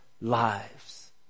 lives